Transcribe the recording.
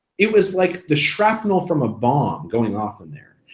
it was like the shrapnel from ah bomb going off in there.